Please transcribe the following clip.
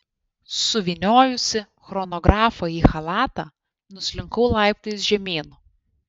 suvyniojusi chronografą į chalatą nuslinkau laiptais žemyn